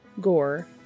Gore